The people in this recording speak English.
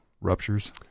ruptures